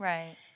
Right